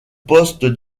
poste